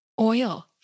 oil